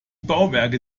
bauwerke